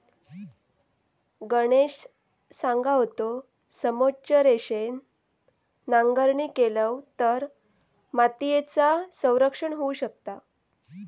गणेश सांगा होतो, समोच्च रेषेन नांगरणी केलव तर मातीयेचा संरक्षण होऊ शकता